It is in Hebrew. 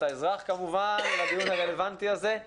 האזרח כמובן לדיון הרלוונטי הזה.